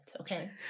okay